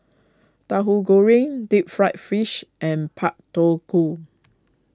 Tahu Goreng Deep Fried Fish and Pak Thong Ko